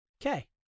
Okay